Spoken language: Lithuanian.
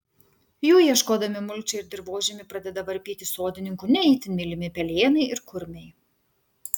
jų ieškodami mulčią ir dirvožemį pradeda varpyti sodininkų ne itin mylimi pelėnai ir kurmiai